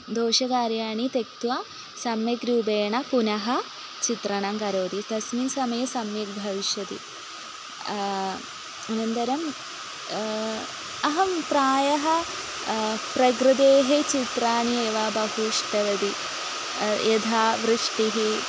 दोषकार्याणि त्यक्त्वा सम्यक् रूपेण पुनः चित्रं करोति तस्मिन् समये सम्यक् भविष्यति अनन्तरम् अहं प्रायः प्रकृतेः चित्राणि एव बहु इष्टवती यदा वृष्टिः